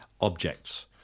objects